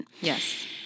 Yes